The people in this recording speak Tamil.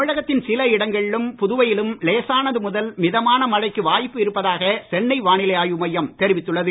தமிழகத்தின் சில இடங்களிலும் புதுவையிலும் லேசானது முதல் மிதமான மழைக்கு வாய்ப்பு இருப்பதாக சென்னை வானிலை ஆய்வுமையம் தெரிவித்துள்ளது